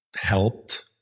helped